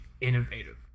innovative